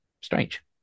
strange